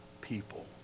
people